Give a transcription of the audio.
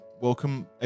welcome